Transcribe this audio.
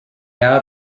out